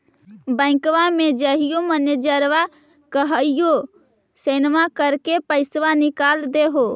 बैंकवा मे जाहिऐ मैनेजरवा कहहिऐ सैनवो करवा के निकाल देहै?